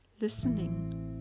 listening